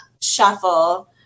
shuffle